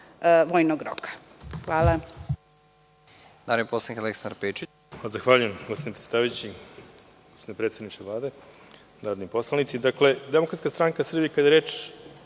vojnog roka. Hvala.